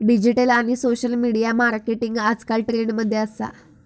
digital आणि social media marketing आजकल trend मध्ये असा